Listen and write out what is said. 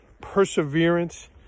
perseverance